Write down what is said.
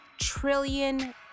trillion